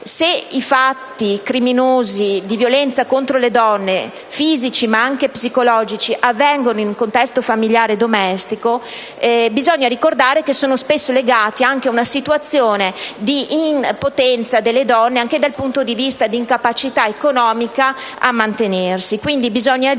Se i fatti criminosi di violenza contro le donne (violenza fisica ma anche psicologica) avvengono in un contesto familiare domestico, bisogna ricordare che sono spesso legati anche a una situazione di impotenza delle donne dal punto di vista economico, di incapacità a mantenersi.